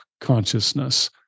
consciousness